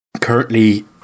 Currently